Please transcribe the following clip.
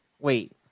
wait